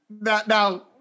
Now